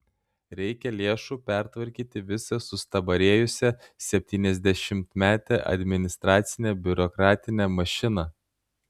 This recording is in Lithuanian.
reikia lėšų pertvarkyti visą sustabarėjusią septyniasdešimtmetę administracinę biurokratinę mašiną